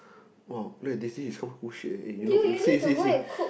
!wow! look at this this is all bullshit eh you look you see see see